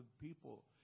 people